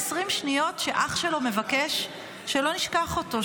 20 שניות שבהן אח שלו מבקש שלא נשכח אותו,